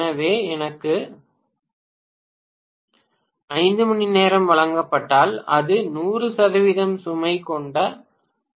எனவே எனக்கு 5 மணிநேரம் வழங்கப்பட்டால் அது 100 சுமை கொண்ட 0